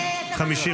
התקבלה.